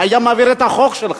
הוא היה מעביר את החוק שלך,